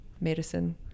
medicine